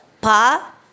Pa